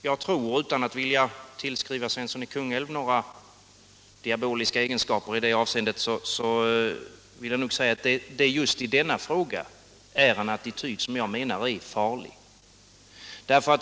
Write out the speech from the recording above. Jag tror — utan att vilja tillskriva herr Svensson i Kungälv några diaboliska egenskaper — att det just i denna fråga är en attityd som är farlig.